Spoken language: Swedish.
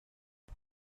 vad